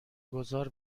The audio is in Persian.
گذار